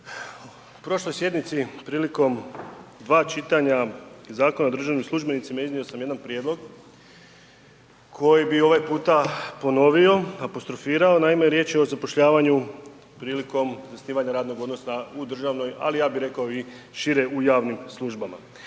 U prošloj sjednici, prilikom 2 čitanja Zakona o državnim službenicima iznio sam jedan prijedlog koji bi ovaj puta ponovio, apostrofirao, naime, riječ je o zapošljavanju prilikom zasnivanja radnog odnosa u državnoj, ali ja bih rekao i šire, u javnim službama.